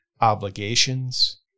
obligations